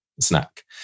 snack